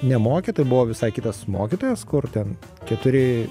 nemokė tai buvo visai kitas mokytojas kur ten keturi